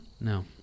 No